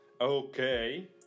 Okay